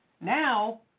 Now